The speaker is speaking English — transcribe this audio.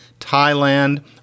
Thailand